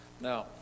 Now